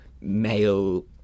male